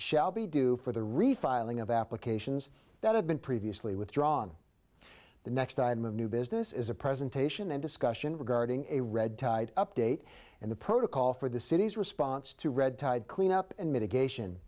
shall be due for the refiling of applications that have been previously withdrawn the next item of new business is a presentation and discussion regarding a red tide update and the protocol for the city's response to red tide cleanup and mitigation